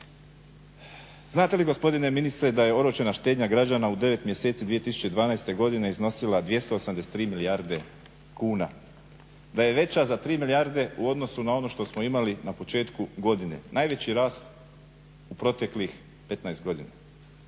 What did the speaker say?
Znate li gospodine ministre da je oročena štednja građana u 9 mjeseci 2012. godine iznosila 283 milijarde kuna, da je već za 3 milijarde u odnosu na ono što smo imali na početku godine. Najveći rast u proteklih 15 godina.